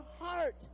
heart